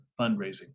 fundraising